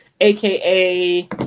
aka